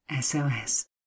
SOS